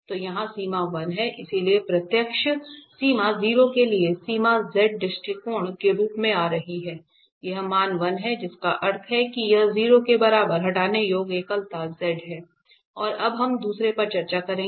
तो यहाँ सीमा 1 है इसलिए प्रत्यक्ष सीमा 0 के लिए सीमा Z दृष्टिकोण के रूप में आ रही है यह मान 1 है जिसका अर्थ है कि यह 0 के बराबर हटाने योग्य एकलता z है और अब हम दूसरे पर चर्चा करेंगे